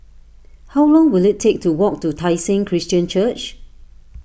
how long will it take to walk to Tai Seng Christian Church